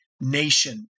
nation